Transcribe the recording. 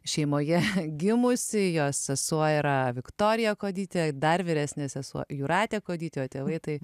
šeimoje gimusi jos sesuo yra viktorija kuodytė dar vyresnė sesuo jūratė kuodytė o tėvai tai